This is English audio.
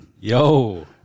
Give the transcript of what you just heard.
Yo